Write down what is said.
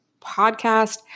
podcast